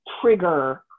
trigger